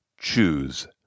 choose